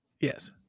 Yes